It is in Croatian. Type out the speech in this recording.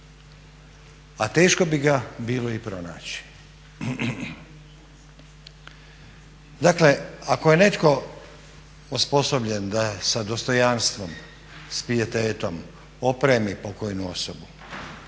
a teško bi ga bilo i pronaći. Dakle, ako je netko osposobljen da sa dostojanstvom, s pijetetom opremi pokojnu osobu,